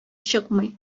чыкмый